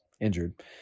injured